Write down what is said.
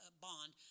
bond